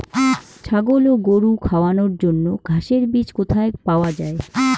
ছাগল ও গরু খাওয়ানোর জন্য ঘাসের বীজ কোথায় পাওয়া যায়?